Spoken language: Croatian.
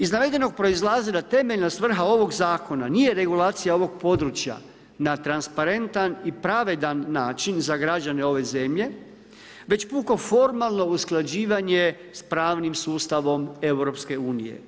Iz navedenog proizlazi da temeljna svrha ovog zakona nije regulacija ovog područja na transparentan i pravedan način za građane ove zemlje, već puko formalno usklađivanje s pravnim sustavom EU.